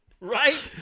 Right